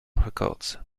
records